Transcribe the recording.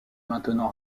maintenant